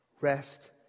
Rest